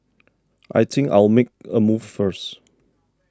I think I'll make a move first